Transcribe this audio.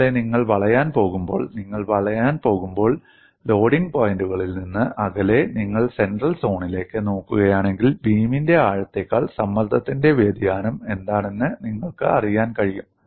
അതുപോലെ നിങ്ങൾ വളയാൻ പോകുമ്പോൾ നിങ്ങൾ വളയാൻ പോകുമ്പോൾ ലോഡിംഗ് പോയിന്റുകളിൽ നിന്ന് അകലെ നിങ്ങൾ സെൻട്രൽ സോണിലേക്ക് നോക്കുകയാണെങ്കിൽ ബീമിന്റെ ആഴത്തെക്കാൾ സമ്മർദ്ദത്തിന്റെ വ്യതിയാനം എന്താണെന്ന് നിങ്ങൾക്ക് അറിയാൻ കഴിയും